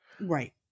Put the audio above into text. Right